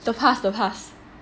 the past the past